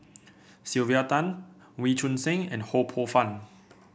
Sylvia Tan Wee Choon Seng and Ho Poh Fun